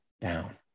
down